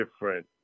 different